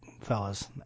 fellas